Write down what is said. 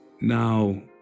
Now